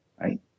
right